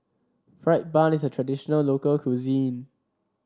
fried bun is a traditional local cuisine